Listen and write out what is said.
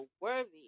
worthy